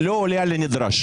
שלא עונה על הנדרש.